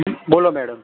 બોલો મેડમ